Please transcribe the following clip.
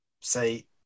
say